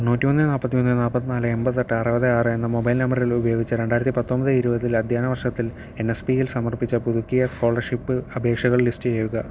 തൊണ്ണൂറ്റിമൂന്ന് നാൽപ്പത്തിമൂന്ന് നാൽപ്പത്തിനാല് എൺപത്തെട്ട് അറുപത് ആറ് എന്ന മൊബൈൽ നമ്പർ ഉപയോഗിച്ച് രണ്ടായിരത്തിപ്പത്തൊൻപത് ഇരുപതിൽ അധ്യയനവർഷത്തിൽ എൻ എസ് പിയിൽ സമർപ്പിച്ച പുതുക്കിയ സ്കോളർഷിപ്പ് അപേക്ഷകൾ ലിസ്റ്റ് ചെയ്യുക